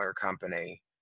company